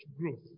growth